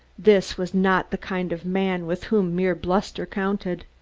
this was not the kind of man with whom mere bluster counted.